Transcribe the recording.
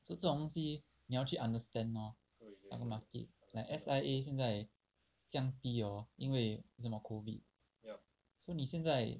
so 这种东西你要去 understand lor the market like S_I_A 现在这样低 hor 因为什么 COVID so 你现在